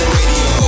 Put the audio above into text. Radio